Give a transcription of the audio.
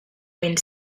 wind